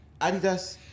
Adidas